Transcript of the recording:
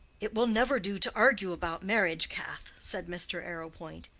it will never do to argue about marriage, cath, said mr. arrowpoint.